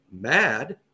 mad